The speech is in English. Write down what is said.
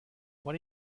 what